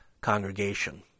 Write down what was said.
congregation